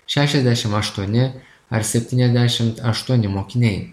šešiasdešim aštuoni ar septyniasdešimt aštuoni mokiniai